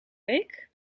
week